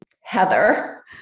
Heather